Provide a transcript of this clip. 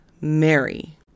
Mary